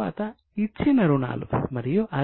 assets